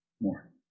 More